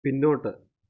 പിന്നോട്ട്